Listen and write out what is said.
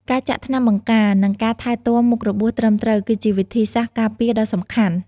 ការចាក់ថ្នាំបង្ការ និងការថែទាំមុខរបួសត្រឹមត្រូវ គឺជាវិធីសាស្ត្រការពារដ៏សំខាន់។